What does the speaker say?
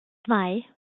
zwei